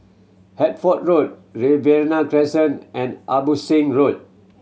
Hertford Road Riverina Crescent and Abbotsingh Road